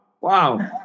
Wow